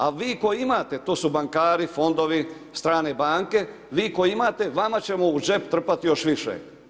A vi koji imate, to su bankari, fondovi, strane banke, vi koji imate vama ćemo u džep trpati još više.